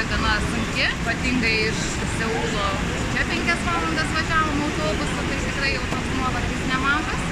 tokia gana sunki ypatingai iš seulo čia penkias valandas važiavom autobusu tai tikrai jau tas nuovargis nemažas